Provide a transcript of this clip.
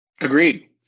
Agreed